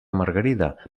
margarida